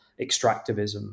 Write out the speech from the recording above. extractivism